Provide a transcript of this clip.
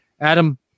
Adam